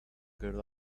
girl